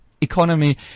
economy